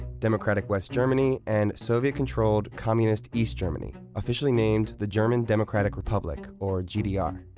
democratic west germany and soviet-controlled communist east germany, officially named the german democratic republic, or gdr.